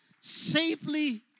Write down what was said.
safely